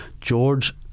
George